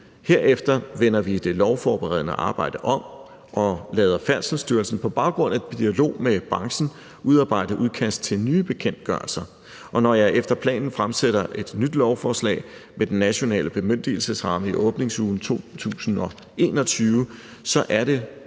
Herefter vender vi det lovforberedende arbejde om og lader Færdselsstyrelsen på baggrund af dialog med branchen udarbejde udkast til nye bekendtgørelser, og når jeg efter planen fremsætter et nyt lovforslag med den nationale bemyndigelsesramme i åbningsugen 2021, så er det